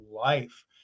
life